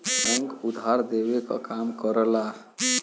bank उधार देवे क काम करला